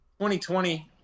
2020